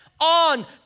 on